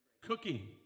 cooking